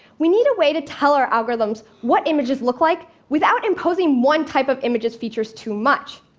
we need a way to tell our algorithms what images look like without imposing one type of image's features too much.